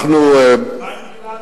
מה עם גלעד